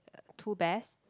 two bears